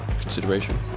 consideration